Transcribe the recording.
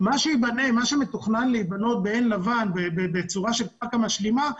מה שמתוכנן להיבנות בעין לבן ובצורה של קרקע משלימה,